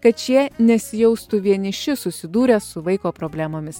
kad šie nesijaustų vieniši susidūrę su vaiko problemomis